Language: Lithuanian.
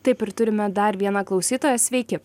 taip ir turime dar vieną klausytoją sveiki